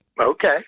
okay